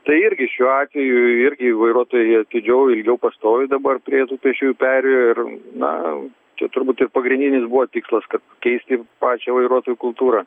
tai irgi šiuo atveju irgi vairuotojai jie atidžiau ilgiau pastovi dabar prie tų pėsčiųjų perėjų ir na čia turbūt ir pagrindinis buvo tikslas kad keisti pačią vairuotojų kultūrą